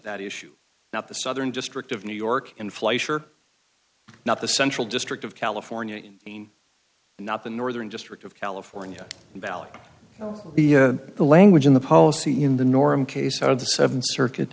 that issue not the southern district of new york and fleischer not the central district of california in maine not the northern district of california valley you know the language in the policy in the norm case out of the th circuit